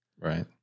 Right